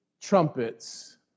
trumpets